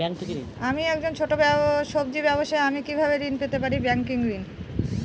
আমি একজন ছোট সব্জি ব্যবসায়ী আমি কিভাবে ঋণ পেতে পারি?